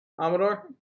Amador